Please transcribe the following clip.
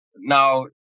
now